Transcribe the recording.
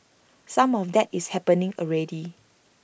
some of that is happening already